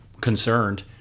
concerned